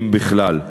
אם בכלל.